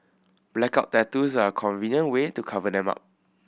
blackout tattoos are a convenient way to cover them up